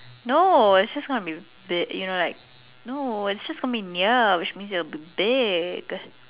no it's just gonna be that you know like no it's just gonna be near which means it'll be big